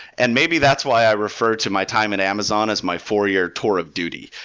and maybe that's why i referred to my time at amazon as my four-year tour of duty,